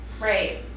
Right